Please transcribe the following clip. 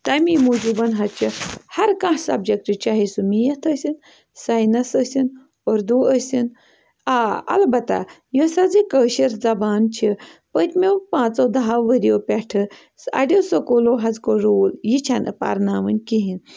تَمی موٗجوٗب حظ چھِ ہر کانٛہہ سَبجَکٹ چاہے سُہ میتھ ٲسِن ساینَس ٲسِن اُردو ٲسِن آ البتہ یۄس حظ یہِ کٲشٕر زبان چھِ پٔتۍمیو پانٛژو دَہو ؤریو پٮ۪ٹھٕ سُہ اَڑیو سکوٗلو حظ کوٚر روٗل یہِ چھَنہٕ پَرناوٕنۍ کِہیٖنۍ